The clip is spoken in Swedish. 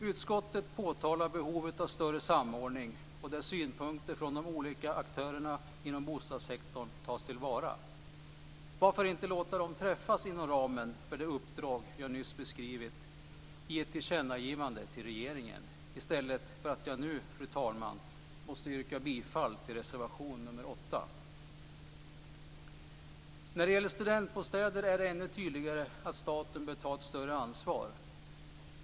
Utskottet påtalar behovet av en större samordning där synpunkter från de olika aktörerna inom bostadssektorn tas till vara. Varför inte låta dem träffas inom ramen för det uppdrag jag nyss beskrivit i ett tillkännagivande till regeringen i stället för att jag nu, fru talman, måste yrka bifall till reservation nr 8? När det gäller studentbostäder är det ännu tydligare att staten bör ta ett större ansvar.